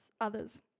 others